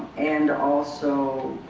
and also,